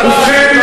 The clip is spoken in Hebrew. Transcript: ובכן,